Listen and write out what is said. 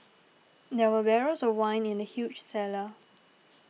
there were barrels of wine in the huge cellar